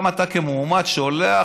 גם אתה כמועמד שולח,